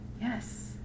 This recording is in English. yes